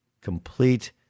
Complete